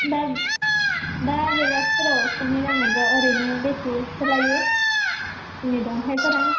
दा दा बेलासिफोराव सोंहैनांगोन र' ओरैनो बेसेसो लायो सिमेन्ट अन्थाइफोरा